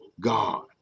God